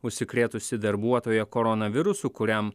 užsikrėtusį darbuotoją koronavirusu kuriam